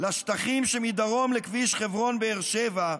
לשטחים שמדרום לכביש חברון באר שבע,